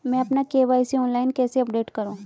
मैं अपना KYC online कैसे अपडेट करूँ?